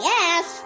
Yes